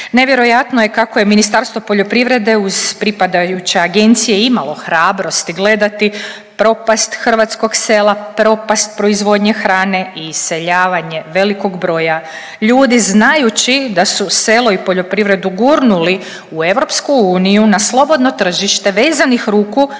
Nevjerojatno je kako je Ministarstvo poljoprivrede uz pripadajuće agencije imalo hrabrosti gledati propast hrvatskog sela, propast proizvodnje hrane i iseljavanje velikog broja ljudi znajući da su selo i poljoprivredu gurnuli u EU na slobodno tržište vezanih ruku